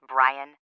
Brian